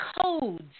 codes